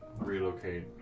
relocate